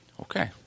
Okay